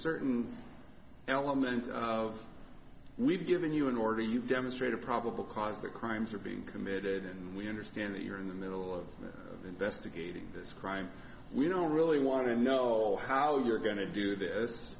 certain element of we've given you an order you've demonstrated probable cause the crimes are being committed and we understand that you're in the middle of investigating this crime we don't really want to know how you're going to do this